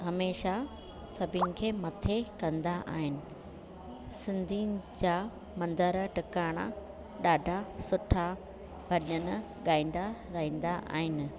हमेशह सभिनी खे मथे कंदा आहिनि सिंधियुनि जा मंदर टिकाणा ॾाढा सुठा भॼन ॻाईंदा रहंदा आहिनि